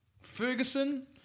Ferguson